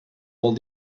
molt